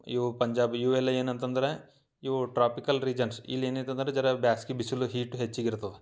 ಇವು ಪಂಜಾಬ್ ಇವು ಎಲ್ಲ ಏನು ಅಂತಂದ್ರೆ ಇವು ಟ್ರಾಪಿಕಲ್ ರೀಜನ್ಸ್ ಇಲ್ಲಿ ಏನಾಯ್ತಂದ್ರ ಜರ ಬ್ಯಾಸಗಿ ಬಿಸಿಲು ಹೀಟು ಹೆಚ್ಚಿಗೆ ಇರ್ತದೆ